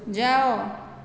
ଯାଅ